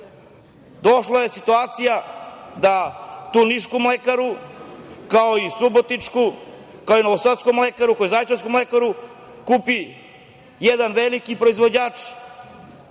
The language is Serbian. Došla je situacija da tu „Nišku mlekaru“, kao i „Subotičku“, kao i „Novosadsku mlekaru“, kao i „Zaječarsku mlekaru“ kupi jedan veliki proizvođač